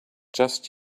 just